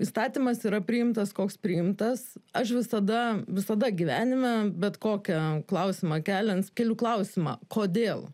įstatymas yra priimtas koks priimtas aš visada visada gyvenime bet kokį klausimą keliant keliu klausimą kodėl